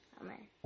Amen